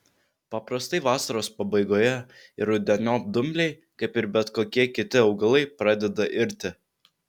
paprastai vasaros pabaigoje ir rudeniop dumbliai kaip ir bet kokie kiti augalai pradeda irti